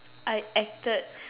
I acted